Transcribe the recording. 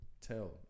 tell